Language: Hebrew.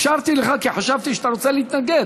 אפשרתי לך כי חשבתי שאתה רוצה להתנגד.